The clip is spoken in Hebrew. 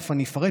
תכף אני אפרט.